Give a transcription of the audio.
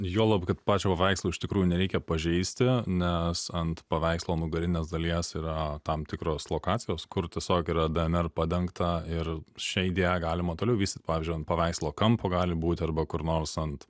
juolab kad pačio paveikslo iš tikrųjų nereikia pažeisti nes ant paveikslo nugarinės dalies yra tam tikros lokacijos kur tiesiog yra dnr padengta ir šią idėją galima toliau vystyt pavyzdžiui ant paveikslo kampo gali būti arba kur nors ant